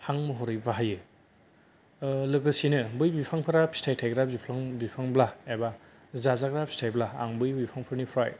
हां महरै बाहायो लोगोसेनो बै बिफांफोरा फिथाइ थाइग्रा बिफ्लां बिफांब्ला बा एबा जाजाग्रा फिथाइब्ला आं बै बिफांफोरनिफ्राय